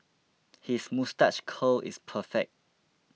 his moustache curl is perfect